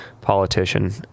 politician